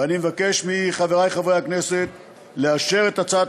ואני מבקש מחברי חברי הכנסת לאשר את הצעת